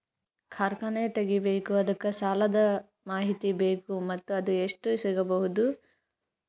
ಕಾರ್ಖಾನೆ ತಗಿಬೇಕು ಅದಕ್ಕ ಸಾಲಾದ ಮಾಹಿತಿ ಬೇಕು ಮತ್ತ ಅದು ಎಷ್ಟು ಸಿಗಬಹುದು?